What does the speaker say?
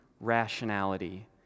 rationality